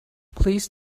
please